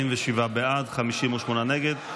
47 בעד, 58 נגד.